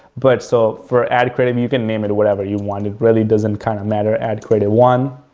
but so, for ad creative, you can name it whatever you want, it really doesn't kind of matter, ad creative one.